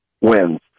wins